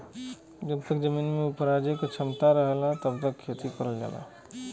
जब तक जमीन में उपराजे क क्षमता रहला तब तक खेती करल जाला